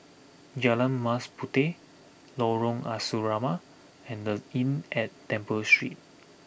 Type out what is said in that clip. Jalan Mas Puteh Lorong Asrama and The Inn at Temple Street